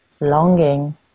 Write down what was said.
longing